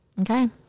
Okay